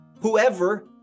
whoever